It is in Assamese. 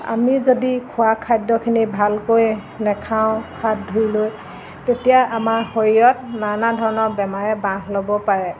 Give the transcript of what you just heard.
আমি যদি খোৱা খাদ্যখিনি ভালকৈ নাখাওঁ হাত ধুই লৈ তেতিয়া আমাৰ শৰীৰত নানা ধৰণৰ বেমাৰে বাঁহ ল'ব পাৰে